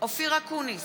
אופיר אקוניס,